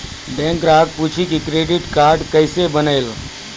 Bank ग्राहक पुछी की क्रेडिट कार्ड केसे बनेल?